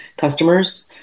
customers